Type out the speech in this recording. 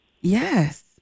Yes